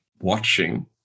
watching